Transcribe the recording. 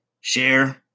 Share